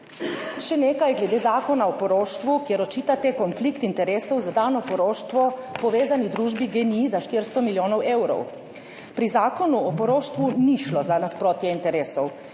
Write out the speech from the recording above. Še nekaj glede zakona o poroštvu, kjer očitate konflikt interesov za dano poroštvo povezani družbi GEN-I za 400 milijonov evrov. Pri zakonu o poroštvu ni šlo za nasprotje interesov.